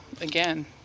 again